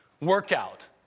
workout